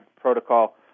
protocol